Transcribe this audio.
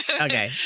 Okay